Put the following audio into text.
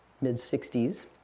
mid-60s